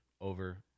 over